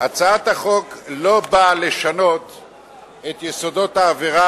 הצעת החוק לא באה לשנות את יסודות העבירה